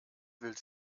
will